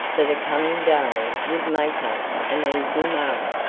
for the coming day would make us an easy mark,